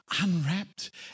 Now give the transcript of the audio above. unwrapped